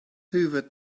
hoovered